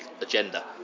agenda